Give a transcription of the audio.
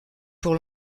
pour